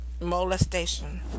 molestation